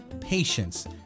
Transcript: patience